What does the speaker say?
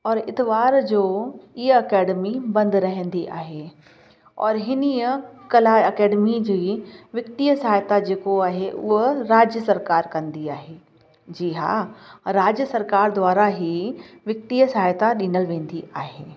आरितवार जो इहा अकेडमी बंद रहंदी आहे औरि हिन कला अकेडमी जी वित्तीय सहायता जेको आहे उहा राज्य सरकारु कंदी आहे जी हा राज्य सरकारु द्वारा ई वित्तीय सहायता ॾिनल वेंदी आहे